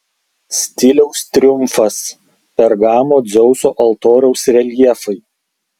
stiliaus triumfas pergamo dzeuso altoriaus reljefai